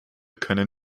können